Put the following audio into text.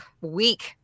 weak